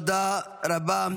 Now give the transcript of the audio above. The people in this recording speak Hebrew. תודה רבה.